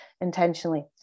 intentionally